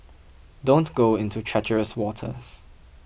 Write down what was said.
don't go into treacherous waters